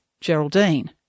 Geraldine